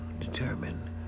determine